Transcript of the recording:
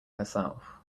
herself